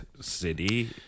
city